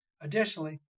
Additionally